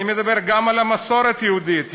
אני מדבר גם על המסורת היהודית,